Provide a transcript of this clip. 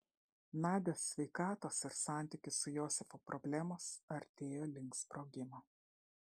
nadios sveikatos ir santykių su josifu problemos artėjo link sprogimo